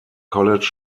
college